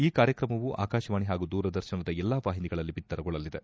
ಈ ಕಾರ್ಯಕ್ರಮವು ಆಕಾಶವಾಣಿ ಹಾಗೂ ದೂರದರ್ಶನದ ಎಲ್ಲಾ ವಾಹಿನಿಗಳಲ್ಲಿ ಬಿತ್ತರಗೊಳ್ಳಲಿದೆ